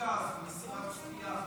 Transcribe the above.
במרוכז במסיבת צפייה.